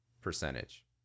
percentage